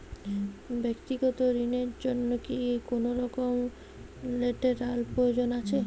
ব্যাক্তিগত ঋণ র জন্য কি কোনরকম লেটেরাল প্রয়োজন আছে?